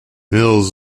mills